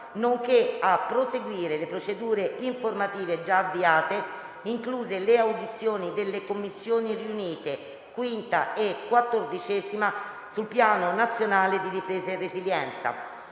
nonché a proseguire le procedure informative già avviate, incluse le audizioni delle Commissioni riunite 5a e 14a sul Piano nazionale di ripresa e resilienza.